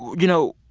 you know,